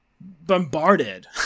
bombarded